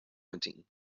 hunting